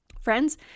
Friends